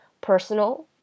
Personal